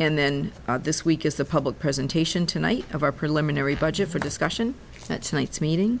and then this week is the pub presentation tonight of our preliminary budget for discussion that tonight's meeting